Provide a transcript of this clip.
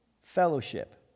fellowship